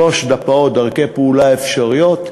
שלוש דרכי פעולה אפשריות.